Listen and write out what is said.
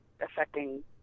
affecting